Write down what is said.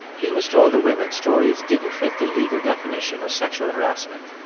he was told the women's stories didn't fit the legal definition of sexual harassment.